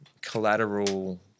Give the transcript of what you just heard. collateral